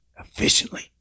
Efficiently